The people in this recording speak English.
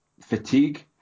fatigue